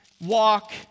walk